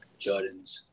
Jordans